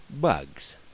Bugs